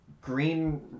green